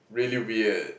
really weird